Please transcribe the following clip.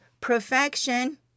perfection